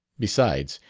besides,